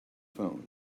phone